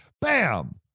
bam